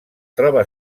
troba